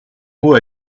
mot